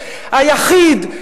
היחיד,